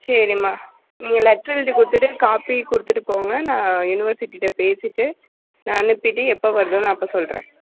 சரிமா நீங்கள் லெட்டெரெழுதி கொடுத்துட்டு எனக்கு காப்பி கொடுத்துட்டு போங்க நான் யுனிவெர்சிட்டிகிட்ட பேசிவிட்டு நான் அனுப்பிவிட்டு எப்போ வருதோ நான் அப்போ சொல்கிறேன்